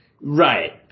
Right